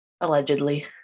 allegedly